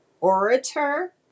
orator